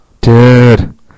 dude